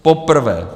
Poprvé!